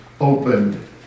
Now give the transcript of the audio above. opened